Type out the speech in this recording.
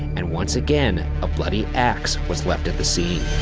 and once again, a bloody axe was left at the scene.